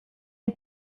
est